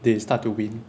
they start to win